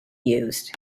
used